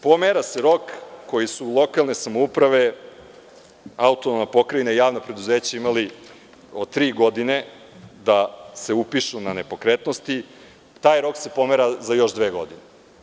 Pomera se rok koji su lokalne samouprave, Autonomna Pokrajina i javna preduzeća imali od tri godine da se upišu na nepokretnosti, za još dve godine.